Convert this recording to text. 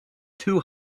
too